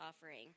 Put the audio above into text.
offering